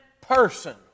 person